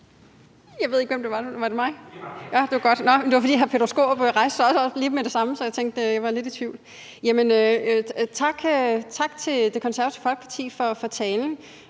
Tak til Det Konservative Folkeparti for talen,